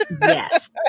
Yes